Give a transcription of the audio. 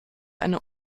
eine